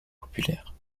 populaire